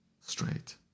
straight